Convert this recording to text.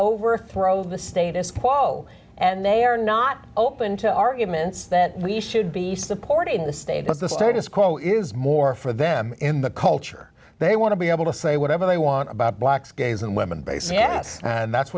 overthrow the status quo and they are not open to arguments that we should be supporting the state but the status quo is more for them in the culture they want to be able to say whatever they want about blacks gays and women base yes and that's